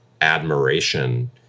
admiration